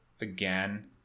again